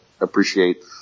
appreciate